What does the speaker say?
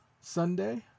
Sunday